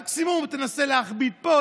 מקסימום היא תנסה להכביד פה,